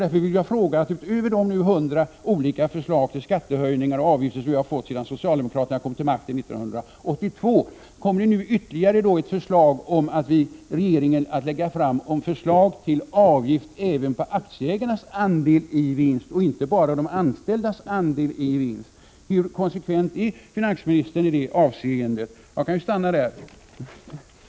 Därför vill jag fråga: Utöver de hundra olika förslag till skattehöjningar och avgifter som vi har fått sedan socialdemokraterna kom till makten 1982 — kommer nu regeringen att lägga fram ett förslag till avgift även på aktieägarnas andel i vinst, och inte bara på de anställdas andel i vinst? Hur — Prot. 1986/87:135 konsekvent är finansministern i det avseendet? 3 juni 1987